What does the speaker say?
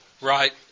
Right